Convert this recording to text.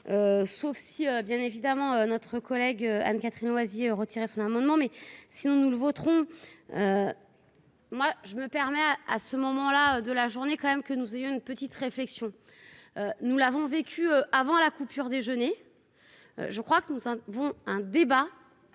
sauf si, bien évidemment, notre collègue Anne-Catherine Loisier retiré son amendement, mais si on nous le voterons moi je me permets à à ce moment-là de la journée quand même que nous ayons une petite réflexion, nous l'avons vécu avant la coupure déjeuner, je crois que nous avons un débat.